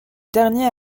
dernier